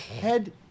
head